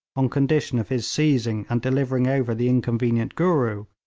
on condition of his seizing and delivering over the inconvenient gooroo,